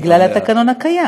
בגלל התקנון הקיים.